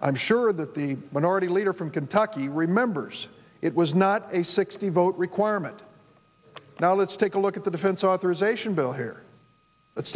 i'm sure that the minority leader from kentucky remembers it was not a sixty vote requirement now let's take a look at the defense authorization bill here let's